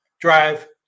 Drive